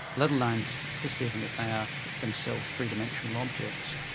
let alone perceiving that they are themselves three-dimensional objects.